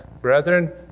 Brethren